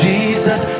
Jesus